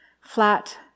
flat